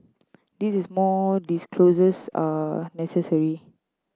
this is more disclosures are necessary